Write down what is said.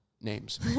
names